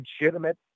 legitimate